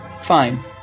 fine